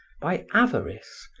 by avarice,